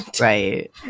Right